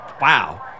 wow